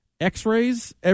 x-rays